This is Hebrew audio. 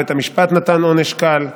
ובית המשפט נתן עונש קל.